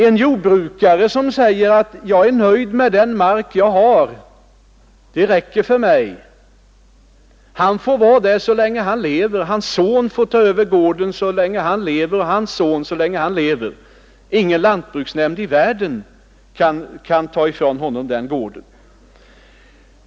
En jordbrukare som är nöjd med den mark han har och tycker den räcker för honom, får behålla den så länge han lever, och hans son får ta över gården efter honom och ha den så länge han lever, och hans son efter honom. Ingen lantbruksnämnd i världen kan ta ifrån honom den gården.